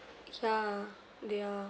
yeah they're